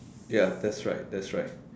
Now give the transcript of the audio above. ya that's right that's right